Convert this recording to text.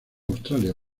australia